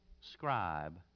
scribe